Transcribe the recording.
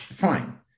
fine